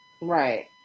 right